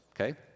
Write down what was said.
Okay